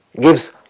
gives